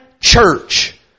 church